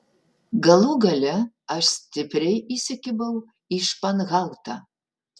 galų gale aš stipriai įsikibau į španhautą